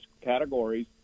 categories